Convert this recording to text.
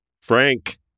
frank